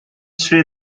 strip